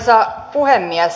arvoisa puhemies